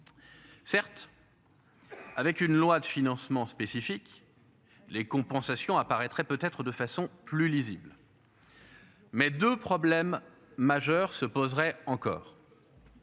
Certes. Avec une loi de financement spécifique. Les compensations apparaîtrait peut-être de façon plus lisible. Mais de problèmes majeurs se poserait encore.